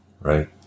right